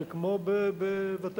זה כמו בבתי-חולים,